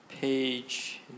Page